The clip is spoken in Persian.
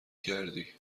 کردی